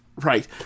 Right